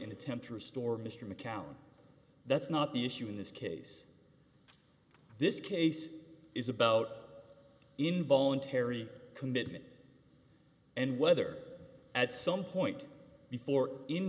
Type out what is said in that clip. and attempt to restore mr mccallum that's not the issue in this case this case is about involuntary commitment and whether at some point before in